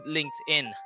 LinkedIn